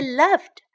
loved